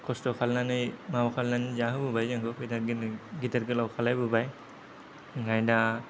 खस्त खालायनानै माबा खालायनानै जाहोबोबाय जोंखौ फेदेर गिदिर गोलाव खालामबोबाय आमफ्रायदा